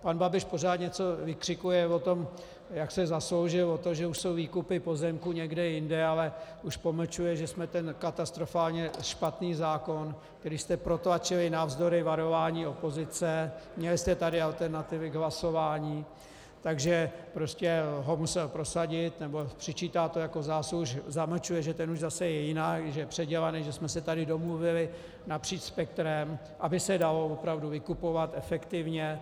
Pan Babiš pořád něco vykřikuje o tom, jak se zasloužil o to, že už jsou výkupy pozemků někde jinde, ale už pomlčuje, že jsme ten katastrofálně špatný zákon, který jste protlačili navzdory varování opozice, měli jste tady alternativy k hlasování, takže prostě ho musel prosadit, nebo přičítá to jako zásluhu, zamlčuje, že ten už je zase jinak, že je předělaný, že jsme se tady domluvili napříč spektrem, aby se dalo opravdu vykupovat efektivně.